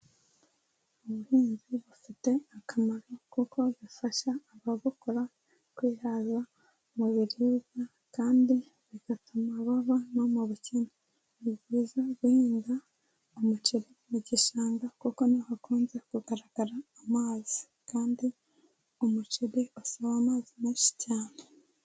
Ubuhinzi bufite akamaro kuko bifasha ababukora kwihaza mu biribwa, kandi bigatuma bava no mu bukene, ni byiza guhinga umuceri mu gishanga kuko niho hakunze kugaragara amazi, kandi umuceri usaba amazi menshi cyane.